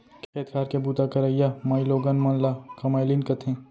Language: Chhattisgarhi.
खेत खार के बूता करइया माइलोगन मन ल कमैलिन कथें